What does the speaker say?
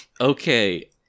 Okay